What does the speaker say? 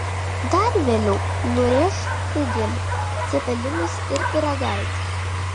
dar vėliau nurėš kugelį cepelinus ir pyragaičius